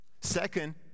second